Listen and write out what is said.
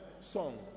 song